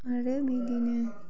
आरो बिदिनो